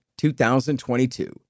2022